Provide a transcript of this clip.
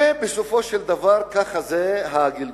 בסופו של דבר זה הגלגול.